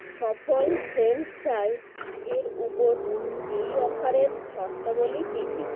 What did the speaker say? সফল French fry এর উপর এই অফারের শর্তাবলী কী কী